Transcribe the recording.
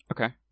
Okay